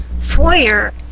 foyer